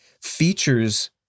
features